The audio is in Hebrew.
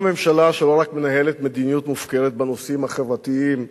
זו ממשלה שלא רק מנהלת מדיניות מופקרת בנושאים החברתיים,